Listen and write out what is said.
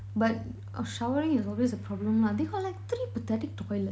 but uh showering is always a problem lah they got like three pathetic toilet